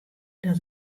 dat